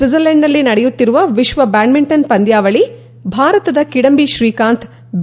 ಸ್ವಿಡ್ಜರ್ಲೆಂಡ್ನಲ್ಲಿ ನಡೆಯುತ್ತಿರುವ ವಿಶ್ವ ಬ್ಯಾಡ್ಮಿಂಟನ್ ಪಂದ್ಯಾವಳ ಭಾರತದ ಕಿದಂಬಿ ಶ್ರೀಕಾಂತ್ ಬಿ